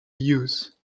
use